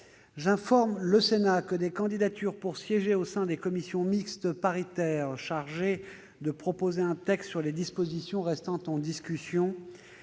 J'informe le Sénat que des candidatures pour siéger au sein des commissions mixtes paritaires chargées de proposer un texte sur les dispositions restant en discussion